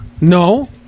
No